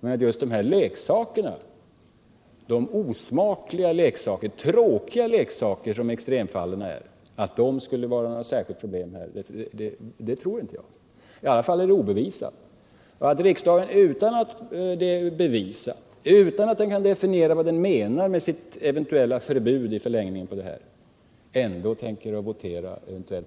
Men att just dessa osmakliga och tråkiga leksaker som extremfallen gäller skulle vara särskilda problem, tror jag inte. I alla fall är det obevisat. Att sedan riksdagen utan att detta kan bevisas, utan att den kan definiera vad den menar med sitt eventuella förbud i förlängningen på detta ändå tänker votera på sådant sätt,